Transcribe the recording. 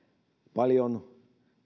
paljon